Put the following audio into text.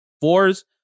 fours